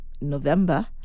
november